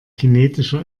kinetischer